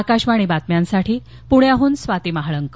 आकाशवाणी बातम्यांसाठी पुण्याहन स्वाती महाळंक